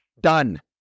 Done